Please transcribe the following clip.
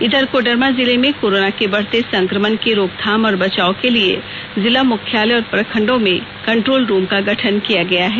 इधर कोडरमा जिले में कोरोना के बढ़ते संक्रमण के रोकथाम और बचाव के लिए जिला मुख्यालय और प्रखंडों में कंट्रोल रूम का गठन किया गया है